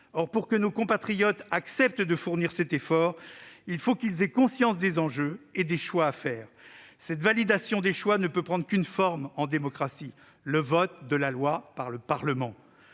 Or, pour que nos compatriotes acceptent de fournir cet effort, encore faut-il qu'ils aient conscience des enjeux et des choix à faire. Cette validation des choix ne peut prendre qu'une forme en démocratie : le vote de la loi par le Parlement.